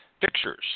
pictures